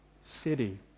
city